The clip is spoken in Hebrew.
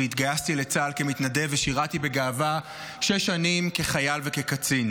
והתגייסתי לצה"ל כמתנדב ושירתי בגאווה שש שנים כחייל וכקצין,